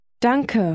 Danke